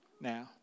now